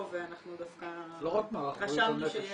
וחשבנו שיש --- לא רק מערך בריאות הנפש,